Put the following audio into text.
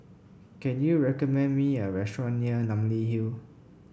can you recommend me a restaurant near Namly Hill